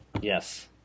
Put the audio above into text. Yes